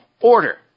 order